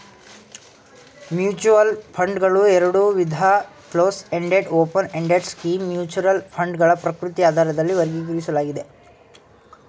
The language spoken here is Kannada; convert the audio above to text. ಮ್ಯೂಚುವಲ್ ಫಂಡ್ಗಳು ಎರಡುವಿಧ ಕ್ಲೋಸ್ಎಂಡೆಡ್ ಓಪನ್ಎಂಡೆಡ್ ಸ್ಕೀಮ್ ಮ್ಯೂಚುವಲ್ ಫಂಡ್ಗಳ ಪ್ರಕೃತಿಯ ಆಧಾರದಲ್ಲಿ ವರ್ಗೀಕರಿಸಲಾಗಿದೆ